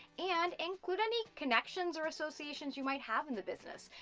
and include any connections or associations you might have in the business.